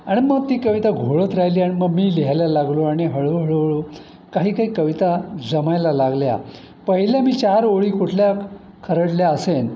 आणि मग ती कविता घोळत राहिली आणि मग मी लिहायला लागलो आणि हळूहळू हळू काही काही कविता जमायला लागल्या पहिल्या मी चार ओळी कुठल्या खरडल्या असेन